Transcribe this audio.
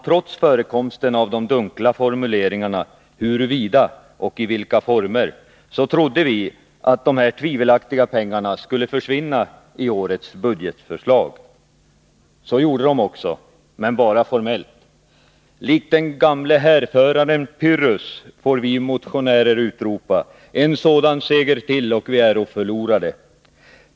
Trots förekomsten av de dunkla formuleringarna ”huruvida och i vilka former”, trodde vi att de här tvivelaktiga pengarna skulle försvinna i årets budgetförslag. Så gjorde de också, men bara formellt. Likt den gamle härföraren Pyrrhus får vi motionärer utropa: En sådan seger till och vi är förlorade!